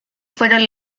fueron